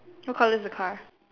who call this a car